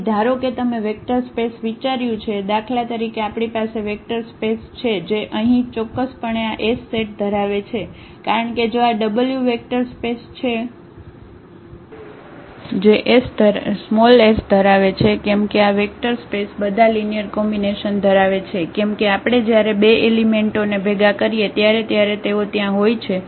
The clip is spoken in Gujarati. તેથી ધારો કે તમે વેક્ટર સ્પેસ વિચાર્યું છે દાખલા તરીકે આપણી પાસે વેક્ટર સ્પેસ છે જે અહીં ચોક્કસપણે આ S સેટ ધરાવે છે કારણ કે જો આ w વેક્ટર સ્પેસ છે જે s ધરાવે છે કેમ કે આ વેક્ટર સ્પેસ બધા લિનિયર કોમ્બિનેશન ધરાવે છે કેમ કે આપણે જયારે બે એલિમેન્ટોને ભેગા કરીએ ત્યારે ત્યારે તેઓ ત્યાં હોય છે